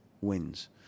wins